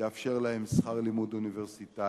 יאפשר להם לשלם שכר לימוד אוניברסיטאי,